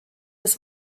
des